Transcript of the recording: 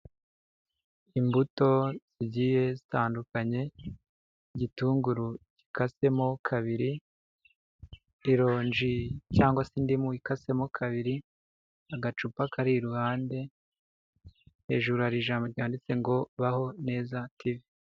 Imbuto zigiye zitandukanye, igitunguru gikasemo kabiri, irongi cyangwa se indimu ikasemo kabiri, agacupa kari iruhande, hejuru hari ijambo ryanditse ngo ''baho neza TV''.